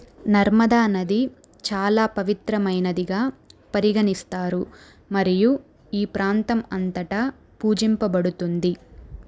నర్మదా నది చాలా పవిత్రమైనదిగా పరిగణిస్తారు మరియు ఈ ప్రాంతం అంతటా పూజింపబడుతుంది